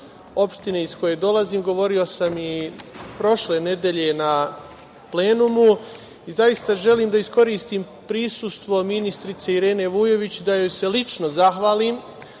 opštine iz koje dolazim. Govorio sam i prošle nedelje na plenumu. Zaista želim da iskoristim prisustvo ministrice Irene Vujović da joj se lično zahvalim